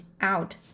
out